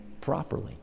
properly